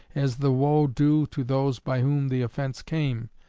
as the woe due to those by whom the offense came,